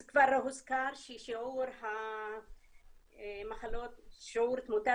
זה כבר הוזכר ששיעור המחלות ושיעור תמותת